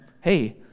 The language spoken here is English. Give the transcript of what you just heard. hey